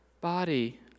body